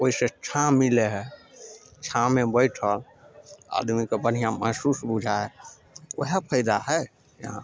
ओइ से छाँह मिलय हय छाँह मे बैठऽ आदमी के बढ़ियाँ महसूस बुझै हय वएह फायदा हइ यहाँ